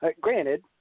granted